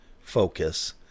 focus